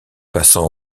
passant